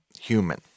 human